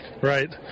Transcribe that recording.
Right